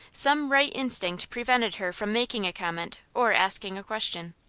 some right instinct prevented her from making a comment or asking a question.